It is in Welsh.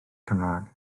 cymraeg